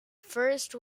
first